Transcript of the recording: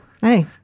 Hey